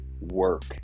work